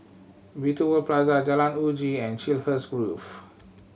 Beauty World Plaza Jalan Uji and Chiselhurst Grove